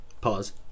Pause